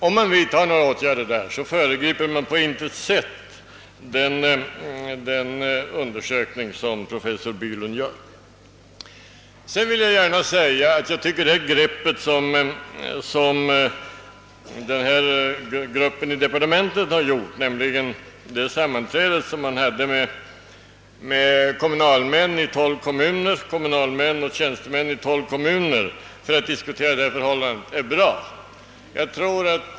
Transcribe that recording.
Om man vidtar åtgärder där föregriper man på intet sätt professor Bylunds undersökningar. Det är ett bra grepp som gruppen i departementet har tagit genom att ordna ett sammanträde med kommunalmän och tjänstemän i 12 kommuner för att diskutera dessa förhållanden.